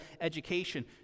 education